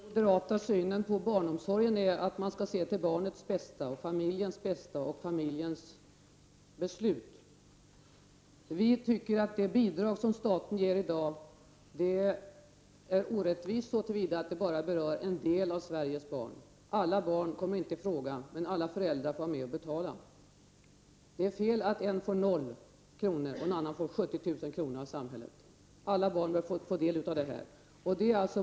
Herr talman! Den moderata synen på barnomsorgen är att man skall se till barnets och familjens bästa samt till familjens beslut. Vi tycker att det bidrag som staten ger i dag är orättvist så till vida att det bara berör en del av Sveriges barn. Alla barn kommer inte i fråga, men alla föräldrar får vara med och betala. Det är fel att en får 0 kr. och en annan får 70 000 kr. av samhället. Alla barn bör få del av detta.